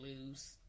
lose